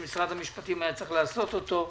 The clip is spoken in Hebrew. שמשרד המשפטים היה צריך לעשות אותו.